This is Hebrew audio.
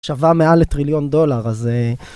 שווה מעל לטריליון דולר, אז...